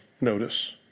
notice